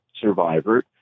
Survivor